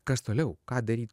kas toliau ką daryt